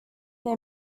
they